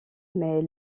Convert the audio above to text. mais